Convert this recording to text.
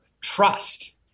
trust